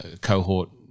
cohort